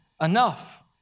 enough